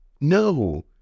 No